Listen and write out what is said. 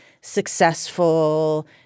successful